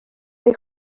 neu